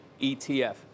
ETF